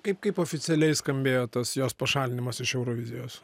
kaip kaip oficialiai skambėjo tas jos pašalinimas iš eurovizijos